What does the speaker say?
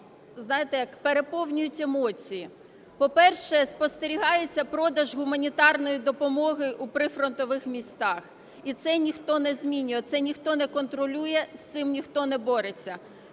знаєте як, переповнюють емоції. По-перше, спостерігається продаж гуманітарної допомоги у прифронтових містах. І це ніхто не змінює, це ніхто не контролює, з цим ніхто не бореться.